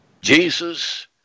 Jesus